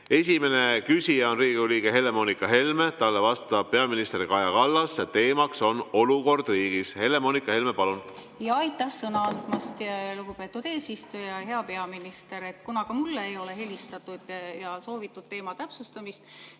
Esimene küsija on Riigikogu liige Helle-Moonika Helme, talle vastab peaminister Kaja Kallas ja teema on olukord riigis. Helle-Moonika Helme, palun! Aitäh sõna andmast, lugupeetud eesistuja! Hea peaminister! Kuna ka mulle ei ole helistatud ega soovitud teema täpsustamist,